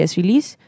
release